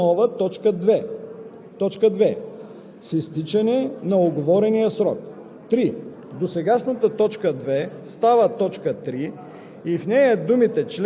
В текста преди т. 1 думите „преди изтичането на срока“ и запетаята след тях се заличават. 2. Създава се нова т. 2: